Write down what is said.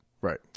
right